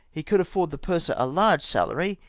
he could afford the purser a large salary,